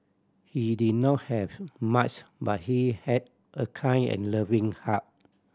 he did not have much but he had a kind and loving heart